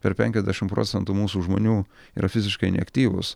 per penkiasdešimt procentų mūsų žmonių yra fiziškai neaktyvūs